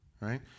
right